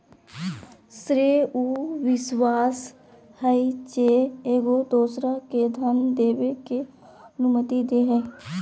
श्रेय उ विश्वास हइ जे एगो दोसरा के धन देबे के अनुमति दे हइ